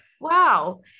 wow